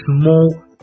small